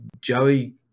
Joey